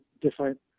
different